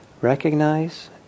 Recognize